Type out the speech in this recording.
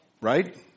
right